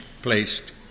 Placed